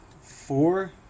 Four